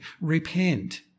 Repent